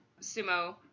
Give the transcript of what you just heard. sumo